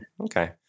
okay